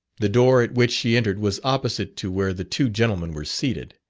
the door at which she entered was opposite to where the two gentlemen were seated.